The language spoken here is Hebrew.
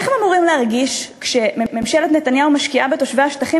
איך הם אמורים להרגיש כשממשלת נתניהו משקיעה בתושבי השטחים